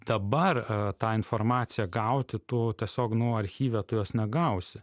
dabar tą informaciją gauti tu tiesiog nu archyve tu jos negausi